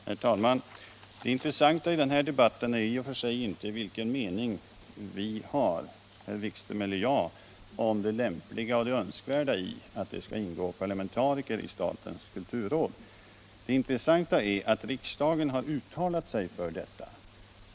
Herr talman! Det intressanta i denna debatt är inte i och för sig vilken mening Jan-Erik Wikström och jag har om det lämpliga och önskvärda i att det skall ingå parlamentariker i statens kulturråd. Det intressanta är att riksdagen har uttalat sig för detta.